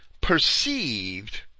perceived